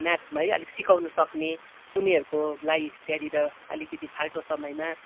म्याथमा है अलिक सिकाउने सक्ने उनीहरूको लाई त्यहाँनिर अलिकिति फाल्तु समयमा